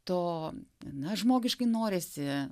to na žmogiškai norisi